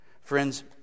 Friends